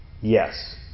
Yes